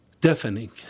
deafening